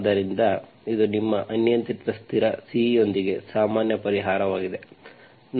ಆದ್ದರಿಂದ ಇದು ಅನಿಯಂತ್ರಿತ ಸ್ಥಿರ C ಯೊಂದಿಗೆ ಸಾಮಾನ್ಯ ಪರಿಹಾರವಾಗಿದೆ